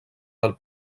del